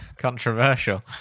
controversial